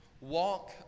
Walk